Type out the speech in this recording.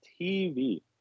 TV